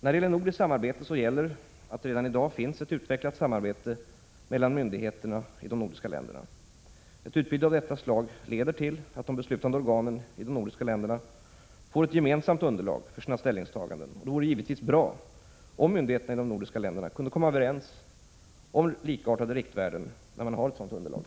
I fråga om nordiskt samarbete gäller att det redan i dag finns ett utvecklat samarbete mellan myndigheter i de nordiska länderna. Ett utbyte av detta slag leder till att de beslutande organen i de nordiska länderna får ett — Prot. 1986/87:42 gemensamt underlag för sina ställningstaganden. Det vore givetvis bra om 4 december 1986 myndigheterna i de nordiska länderna kunde komma överens om likartade Le ä Om gränsvärdet för riktvärden när man har ett sådant underlag. & f